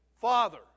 father